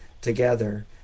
together